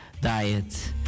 diet